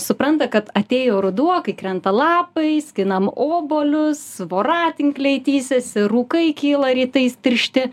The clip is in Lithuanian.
supranta kad atėjo ruduo kai krenta lapai skinam obuolius voratinkliai tįsiasi rūkai kyla rytais tiršti